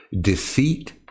deceit